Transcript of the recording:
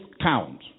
count